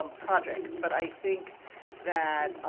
um project. but i think that